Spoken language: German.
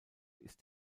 ist